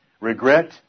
regret